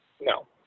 no